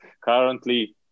currently